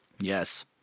Yes